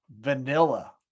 vanilla